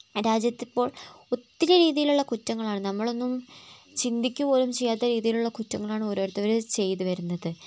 രാജ്യത്തിപ്പോൾ ഒത്തിരി രീതിയിലുള്ള കുറ്റങ്ങളാണ് നമ്മളൊന്നും ചിന്തിക്കുക പോലും ചെയ്യാത്ത രീതിയിലുള്ള കുറ്റങ്ങളാണ് ഓരോരുത്തരും ചെയ്ത് വരുന്നത്